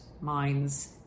minds